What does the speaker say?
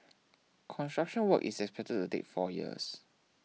construction work is expected to take four years